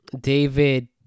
David